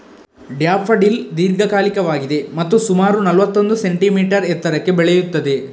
daffodil ದೀರ್ಘಕಾಲಿಕವಾಗಿದೆ ಮತ್ತು ಸುಮಾರು ನಲ್ವತ್ತೊಂದು ಸೆಂಟಿಮೀಟರ್ ಎತ್ತರಕ್ಕೆ ಬೆಳೆಯುತ್ತದೆ